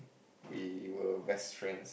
we were best friends